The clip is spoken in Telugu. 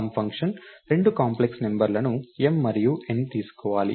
సమ్ ఫంక్షన్ రెండు కాంప్లెక్స్ నంబర్లను m మరియు n తీసుకోవాలి